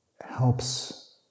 helps